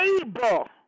able